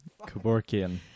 Kaborkian